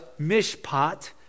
Mishpat